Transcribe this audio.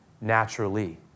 naturally